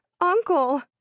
uncle